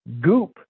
goop